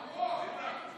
הינה, הרפורמי הגיע.